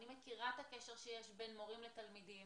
אני מכירה את הקשר שיש בין מורים לתלמידים.